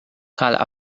cal